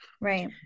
Right